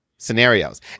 scenarios